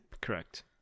Correct